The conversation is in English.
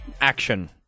action